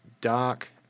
dark